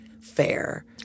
fair